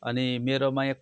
अनि मेरोमा यहाँ